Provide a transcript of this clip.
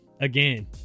again